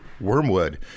wormwood